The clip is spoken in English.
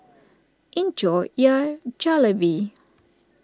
enjoy your Jalebi